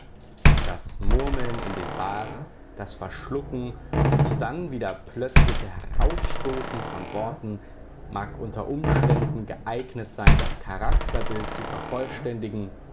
das murmeln in den bart das verschlucken und dann wieder plötzliche herausstoßen von worten mag unter umständen geeignet sein das charakterbild zu vervollständigen